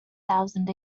thousand